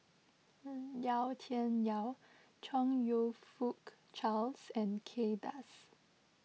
Yau Tian Yau Chong You Fook Charles and Kay Das